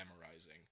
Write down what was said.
memorizing